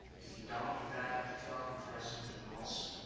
if you don't, you back up the truck and try something else.